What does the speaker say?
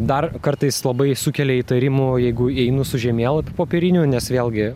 dar kartais labai sukelia įtarimų jeigu einu su žemėlapiu popieriniu nes vėlgi